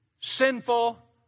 sinful